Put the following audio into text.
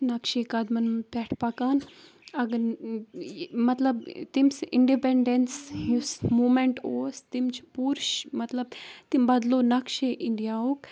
نَقشے قدمَن پٮ۪ٹھ پَکان اگر مطلب تٔمۍ سُہ اِنڈِپی۪نڈنس یُس موٗمٮ۪نٹ اوس تٔم چھِ پوٗرٕ مطلب تِم بَدلو نَقشے اِنڈیاہُک